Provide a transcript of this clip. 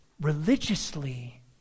religiously